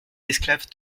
esclave